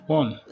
one